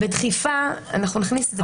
אנחנו נכניס את זה.